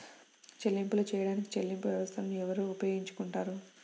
చెల్లింపులు చేయడానికి చెల్లింపు వ్యవస్థలను ఎవరు ఉపయోగించుకొంటారు?